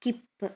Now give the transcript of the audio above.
skip